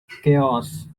chaos